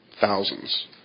thousands